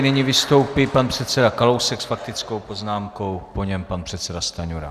Nyní vystoupí pan předseda Kalousek s faktickou poznámkou, po něm pan předseda Stanjura.